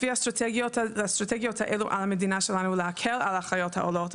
לפי האסטרטגיות האלו על המדינה שלנו להקל על האחיות העולות,